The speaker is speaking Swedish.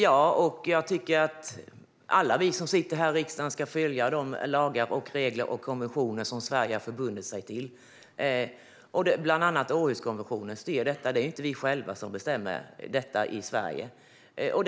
Jag tycker att alla vi som sitter här i riksdagen ska följa de lagar, regler och konventioner som Sverige har förbundit sig till. Bland annat styr Århuskonventionen det här. Det är inte vi i Sverige som själva styr över detta.